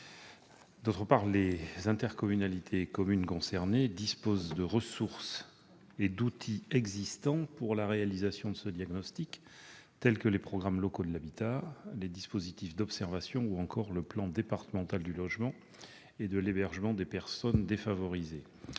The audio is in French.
ailleurs, les intercommunalités communes concernées disposent de ressources et d'outils existants pour la réalisation de ce diagnostic, tels que les programmes locaux de l'habitat, les dispositifs d'observation ou encore le plan départemental du logement et de l'hébergement des personnes défavorisées.